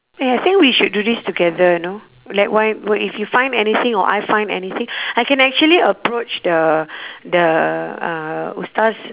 eh I think we should do this together you know like why w~ if you find anything or I find anything I can actually approach the the uh